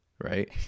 right